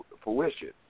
fruition